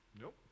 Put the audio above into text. nope